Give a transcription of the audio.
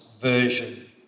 version